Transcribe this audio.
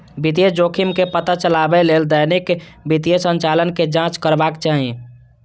वित्तीय जोखिम के पता लगबै लेल दैनिक वित्तीय संचालन के जांच करबाक चाही